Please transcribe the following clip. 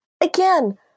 again